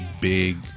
big